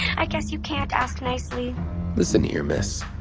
i guess you can't ask nicely listen here, miss.